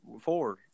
four